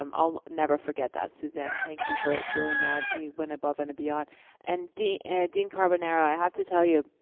um i'll never forget that, suzanne, thank you for doing that, you went above and beyond. and dean dean carbonaro i have to tell you,